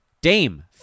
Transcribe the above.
Dame